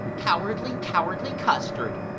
cowardy, cowardy custard